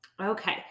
Okay